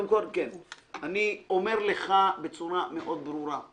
אני אומר לך בצורה מאוד ברורה.